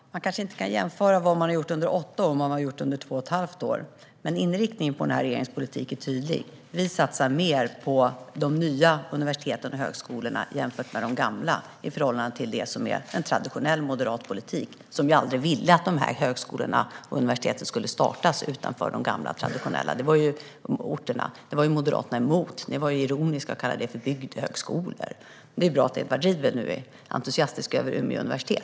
Fru talman! Man kan kanske inte jämföra vad som har gjorts under åtta år med vad som har gjorts under två och ett halvt år. Men inriktningen på den här regeringens politik är tydlig. Vi satsar mer på de nya universiteten och högskolorna jämfört med de gamla i förhållande till det som är traditionell moderat politik som ju var emot att dessa universitet skulle startas utanför de gamla traditionella universitetsorterna. Det var Moderaterna emot. Ni var ironiska och kallade det för bygdehögskolor. Det är bra att Edward Riedl nu är entusiastisk över Umeå universitet.